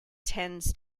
tends